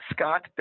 Scott